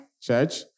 church